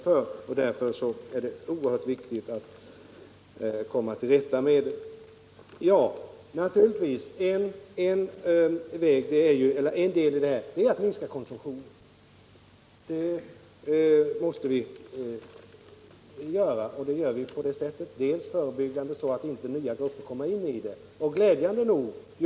Det är därför oerhört viktigt att komma till rätta med denna brottslighet. Ett led i bekämpandet av narkotikan är naturligtvis att minska konsumtionen. Det gör vi för det första genom förebyggande åtgärder, så att inte nya grupper hemfaller till narkotikaberoende.